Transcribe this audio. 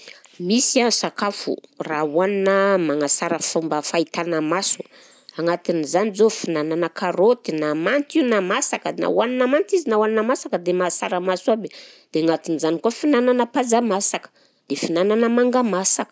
Misy a sakafo raha hohanina magnasara fomba fahitana maso anatin'izany zao fihinanana karôty na manta io na masaka na hohanina manta izy na hohanina masaka dia mahasara maso aby, dia agnatin'izany koa fihinanana paja masaka dia fihinanana manga masaka